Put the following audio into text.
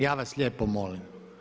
Ja vas lijepo molim.